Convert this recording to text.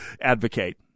advocate